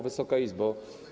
Wysoka Izbo!